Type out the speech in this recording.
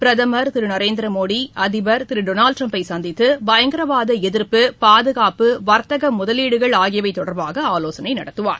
பிரதமர் திரு நரேந்திர மோடி அதிபர் திரு டொனால்டு டிரம்பை சந்தித்து பயங்கரவாத எதிர்ப்பு பாதுகாப்பு வர்த்தக முதலீடுகள் ஆகியவை தொடர்பாக ஆலோசனை நடத்துவார்